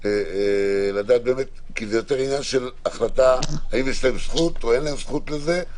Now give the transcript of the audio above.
כי זה יותר עניין של החלטה האם יש להם זכות או אין להם זכות להתחסן.